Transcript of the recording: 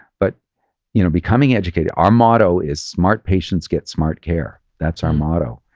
but you know becoming educated, our motto is, smart patients get smart care. that's our motto.